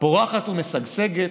פורחת ומשגשגת,